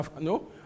No